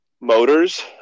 Motors